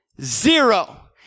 Zero